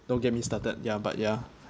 don't get me started ya but ya